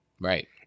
Right